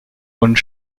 und